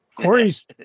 Corey's